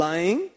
Lying